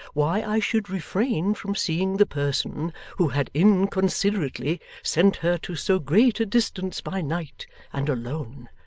why i should refrain from seeing the person who had inconsiderately sent her to so great a distance by night and alone,